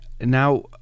Now